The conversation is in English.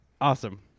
Awesome